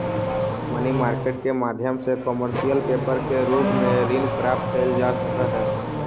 money market के माध्यम से कमर्शियल पेपर के रूप में ऋण प्राप्त कईल जा सकऽ हई